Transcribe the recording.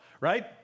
Right